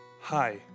Hi